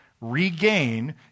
Regain